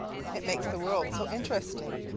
it makes the world so interesting.